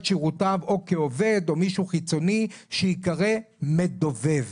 שירותיו או כעובד או מישהו חיצוני שייקרא מדובב.